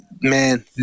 man